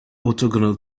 orthogonal